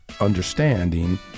understanding